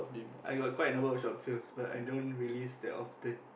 I got quite a number of short films but I don't release that often